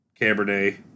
cabernet